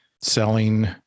Selling